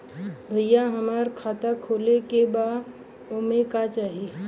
भईया हमार खाता खोले के बा ओमे का चाही?